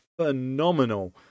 phenomenal